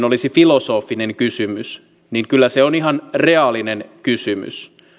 olisi filosofinen kysymys niin kyllä se on ihan reaalinen kysymys